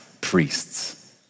priests